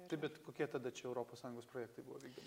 taip bet kokie tada čia europos sąjungos projektai buvo vykdom